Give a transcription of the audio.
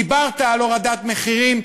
דיברת על הורדת מחירים,